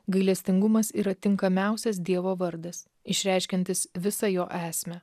gailestingumas yra tinkamiausias dievo vardas išreiškiantis visą jo esmę